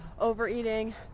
overeating